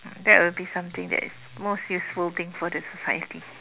that will be something that is most useful thing for the society